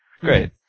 Great